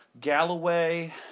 Galloway